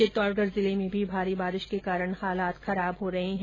चित्तौडगढ़ जिले में भी भारी बारिश के कारण हालात खराब हो रहे है